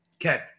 Okay